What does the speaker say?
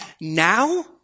now